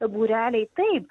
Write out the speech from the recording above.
būreliai taip